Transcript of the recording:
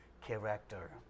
character